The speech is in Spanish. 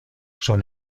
son